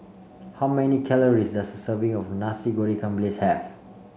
how many calories does a serving of Nasi Goreng Ikan Bilis have